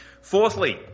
Fourthly